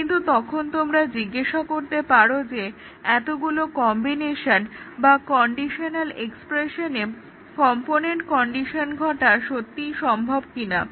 কিন্তু তখন তোমরা জিজ্ঞাসা করতে পারো যে এতগুলো কম্বিনেশন বা কন্ডিশনাল এক্সপ্রেশনে কম্পোনেন্ট কন্ডিশন ঘটা সত্যিই সম্ভব কিনা